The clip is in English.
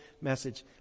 message